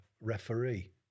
referee